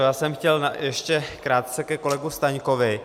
Já jsem chtěl ještě krátce ke kolegovi Staňkovi.